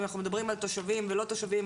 כשאנחנו מדברים על תושבים ולא תושבים,